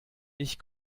ich